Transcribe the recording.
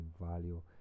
value